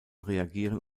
reagieren